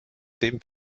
dem